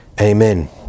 Amen